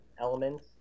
elements